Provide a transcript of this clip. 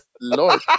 Lord